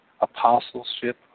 Apostleship